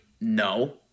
no